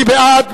מי בעד?